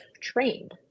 trained